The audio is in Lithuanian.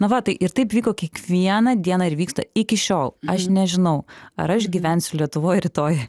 na va tai ir taip vyko kiekvieną dieną ir vyksta iki šiol aš nežinau ar aš gyvensiu lietuvoj rytoj